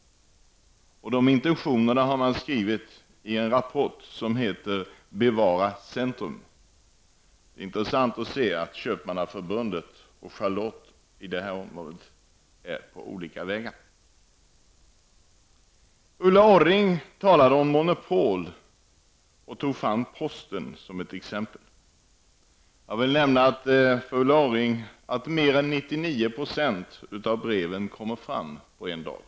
Dessa intentioner har de framfört i rapporten Bevara centrum. Det är intressant att se att Köpmannaförbundet och Charlotte Cederschiöld i detta sammanhang går olika vägar. Ulla Orring talade om monopol och tog posten som ett exempel. Mer än 99 % av breven kommer fram på en dag.